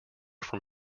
from